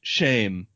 shame